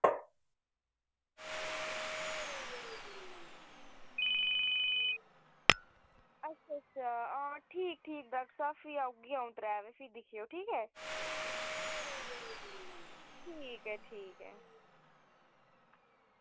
अच्छा अच्छा हां ठीक ठीक साह्ब फ्ही औगी अ'ऊं त्रै बजे फ्ही दिक्खेओ ठीक ऐ ठीक ऐ ठीक ऐ